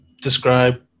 describe